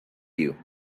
you